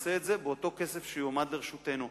ונעשה את זה באותו כסף שיועמד לרשותנו.